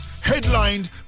headlined